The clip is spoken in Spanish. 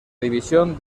división